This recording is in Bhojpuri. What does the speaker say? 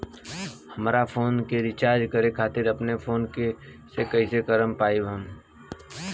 हमार फोन के रीचार्ज करे खातिर अपने फोन से कैसे कर पाएम?